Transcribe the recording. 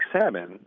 salmon